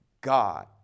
God